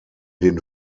den